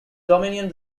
dominion